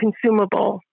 consumable